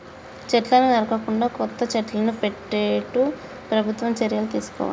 చెట్లను నరకకుండా కొత్త చెట్లను పెట్టేట్టు ప్రభుత్వం చర్యలు తీసుకోవాలి